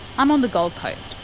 i'm on the gold coast,